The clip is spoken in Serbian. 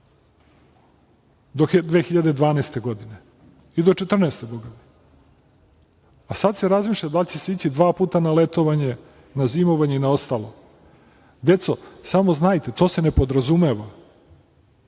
do 2012. godine i do 2014. godine, bogami, a sada se razmišlja da li će se ići dva puta na letovanje, na zimovanje i na ostalo. Deco, samo znajte to se ne podrazumeva.